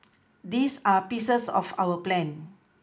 these are pieces of our plan